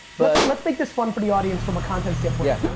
but let's make this fun for the audience from a content standpoint.